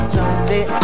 Someday